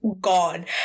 gone